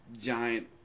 giant